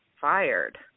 fired